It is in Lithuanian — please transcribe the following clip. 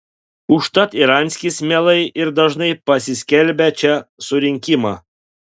užtat ir anskis mielai ir dažnai pasiskelbia čia surinkimą